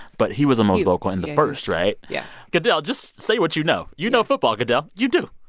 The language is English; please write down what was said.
but he was the most vocal and the first, right? yeah goodell, just say what you know. you know football, goodell. you do.